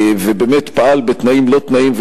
ובאמת פעל בתנאים לא תנאים,